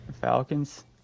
Falcons